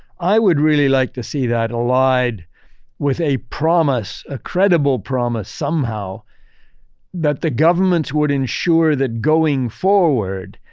i would really like to see that allied with a promise, a credible promise somehow that the governments would ensure that going forward,